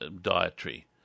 dietary